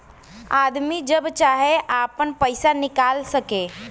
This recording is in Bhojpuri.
आदमी जब चाहे आपन पइसा निकाल सके